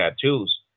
tattoos